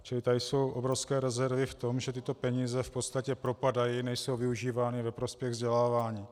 Čili tady jsou obrovské rezervy v tom, že tyto peníze v podstatě propadají, nejsou využívány ve prospěch vzdělávání.